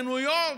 בניו יורק,